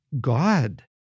God